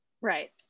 Right